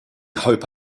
hope